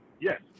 Yes